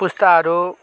पुस्ताहरू